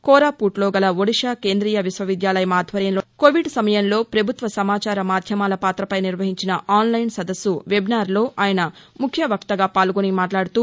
కోరాపుట్ లోగల ఒడిషా కేంద్రీయ విశ్వవిద్యాలయం ఆధ్వర్యంలో కోవిడ్ సమయంలో పభుత్వ సమాచార మాధ్యమాల పాత పై నిర్వహించిస ఆన్ లైన్ సదస్సు వెబినార్ లో ఆయన ముఖ్య వక్తగా పాల్గొని మాట్లాడుతూ